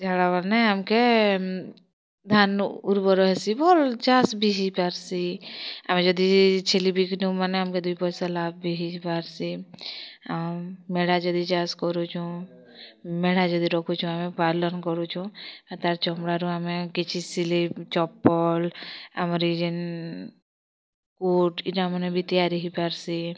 ଝାଡ଼ା ମାନେ ଆମ୍ କେ ଧାନ୍ ଉର୍ବର୍ ହେସି ଭଲ୍ ଚାଷ୍ ବି ହେଇ ପାରସି ଆମେ ଯଦି ଛେଲି ବିକିନୁ ମାନେ ଆମ୍ କେ ଦୁଇ ପଇସା ଲାଭ୍ ବି ହେଇ ପାରସି ଆଉଁ ମେଣ୍ଢା ଯଦି ଚାଷ୍ କରୁଛୁ ମେଣ୍ଢା ଯଦି ରଖୁଛୁ ଆମେ ପାଲନ୍ କରୁଛୁ ଆଉ ତା ଚମଡ଼ା ରୁ ଆମେ କଛି ସିଲେଇ ଚପଲ୍ ଆମର୍ ଏଇ ଯେନ୍ କୋଟ୍ ଏଇଟା ମାନେ ବି ତିଆରି ହେଇ ପାରସି